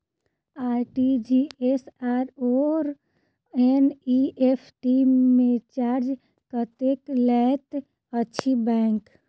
RTGS आओर NEFT मे charge कतेक लैत अछि बैंक?